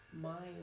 mind